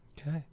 Okay